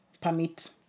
permit